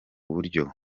buryo